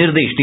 निर्देश दिया